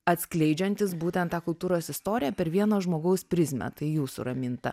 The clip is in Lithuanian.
atskleidžiantis būtent tą kultūros istoriją per vieno žmogaus prizmę tai jūsų raminta